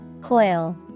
Coil